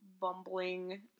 bumbling